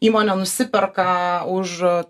įmonė nusiperka už